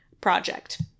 project